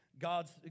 God's